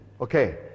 Okay